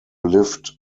lift